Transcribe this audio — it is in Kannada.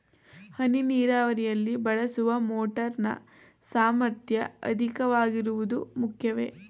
ಹನಿ ನೀರಾವರಿಯಲ್ಲಿ ಬಳಸುವ ಮೋಟಾರ್ ನ ಸಾಮರ್ಥ್ಯ ಅಧಿಕವಾಗಿರುವುದು ಮುಖ್ಯವೇ?